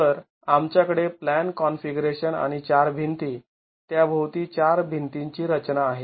तर आमच्याकडे plan configuration आणि चार भिंती त्याभोवती चार भिंतीं ची रचना आहे